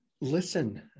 listen